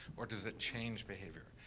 or does it change behaviour?